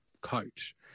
coach